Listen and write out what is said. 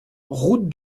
route